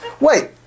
wait